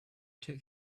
took